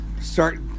start